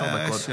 עשר.